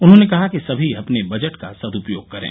उन्होंने कहा कि सभी अपने बजट का सदृपयोग करें